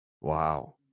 Wow